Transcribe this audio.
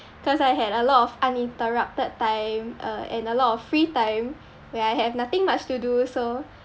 cause I had a lot of uninterrupted time uh and a lot of free time where I have nothing much to do so